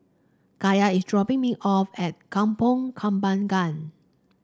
Kaya is dropping me off at Kampong Kembangan